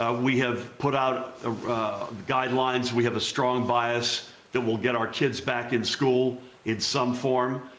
ah we have put out guidelines. we have a strong bias that will get our kids back in school in some form.